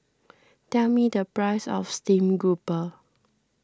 tell me the price of Steamed Grouper